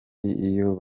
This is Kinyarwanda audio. iyo